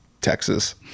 Texas